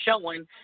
showing